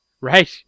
Right